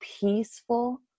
peaceful